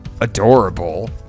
adorable